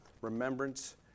remembrance